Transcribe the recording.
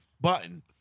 button